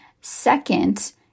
Second